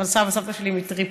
אבל סבא וסבתא שלי מטריפולי.